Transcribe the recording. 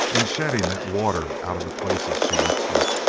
and shedding that water out of the places she looks with.